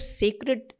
sacred